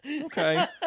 Okay